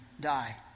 die